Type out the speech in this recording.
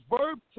verb